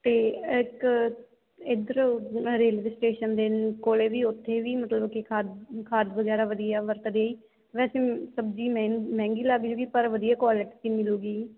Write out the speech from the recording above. ਅਤੇ ਇੱਕ ਇੱਧਰ ਮੈਂ ਰੇਲਵੇ ਸਟੇਸ਼ਨ ਦੇ ਕੋਲ ਵੀ ਉੱਥੇ ਵੀ ਮਤਲਬ ਕਿ ਖਾਦ ਖਾਦ ਵਗੈਰਾ ਵਧੀਆ ਵਰਤਦੇ ਹੈ ਜੀ ਵੈਸੇ ਸਬਜ਼ੀ ਮਹੈ ਮਹਿੰਗੀ ਲੱਗ ਜੂਗੀ ਪਰ ਵਧੀਆ ਕੁਆਲਿਟੀ ਦੀ ਮਿਲੂਗੀ ਜੀ